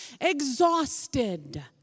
exhausted